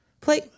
Play